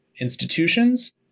institutions